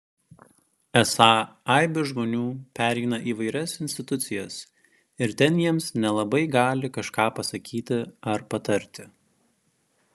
esą aibė žmonių pereina įvairias institucijas ir ten jiems nelabai gali kažką pasakyti ar patarti